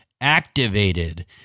activated